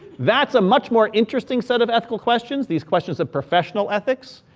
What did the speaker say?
that's a much more interesting set of ethical questions, these questions of professional ethics,